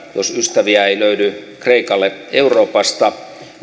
jos ystäviä ei löydy kreikalle euroopasta